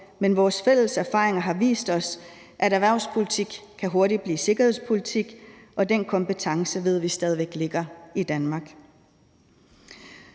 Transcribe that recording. men vores fælles erfaringer har vist os, at erhvervspolitik hurtigt kan blive sikkerhedspolitik, og den kompetence ved vi stadig væk ligger i Danmark.